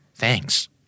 Thanks